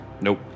Nope